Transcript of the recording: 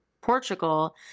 portugal